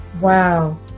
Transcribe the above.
Wow